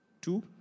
Two